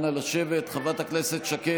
אנא, לשבת, חברת הכנסת שקד.